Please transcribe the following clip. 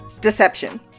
deception